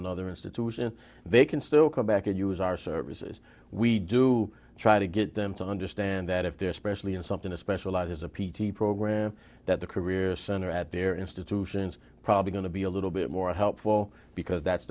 another institution they can still come back and use our services we do try to get them to understand that if they're especially in something a specialized as a p t program that the career center at their institutions are probably going to be a little bit more helpful because that's